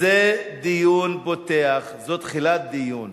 זה דיון פותח, זה תחילת דיון.